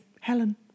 Helen